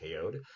KO'd